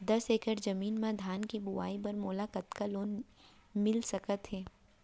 दस एकड़ जमीन मा धान के बुआई बर मोला कतका लोन मिलिस सकत हे?